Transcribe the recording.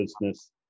business